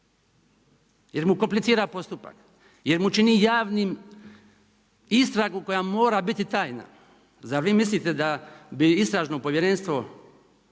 jer mu komplicira postupak, jer mu čini javnim istragu koja mora biti tajna. Zar vi mislite da bi istražno povjerenstvo